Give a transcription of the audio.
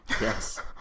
Yes